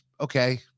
okay